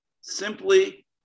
Simply